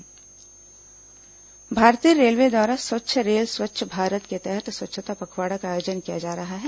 railway स्वच्छता पखवाड़ा भारतीय रेलवे द्वारा स्वच्छ रेल स्वच्छ भारत के तहत स्वच्छता पखवाड़ा का आयोजन किया जा रहा है